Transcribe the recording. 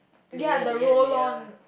layer layer layer